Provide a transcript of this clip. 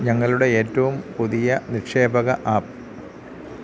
ഞങ്ങളുടെ ഏറ്റവും പുതിയ നിക്ഷേപക ആപ്